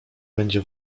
będzie